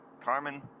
Carmen